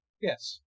Yes